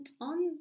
on